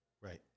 Right